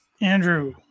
Andrew